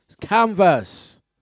canvas